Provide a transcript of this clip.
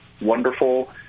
wonderful